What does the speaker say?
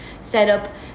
setup